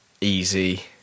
easy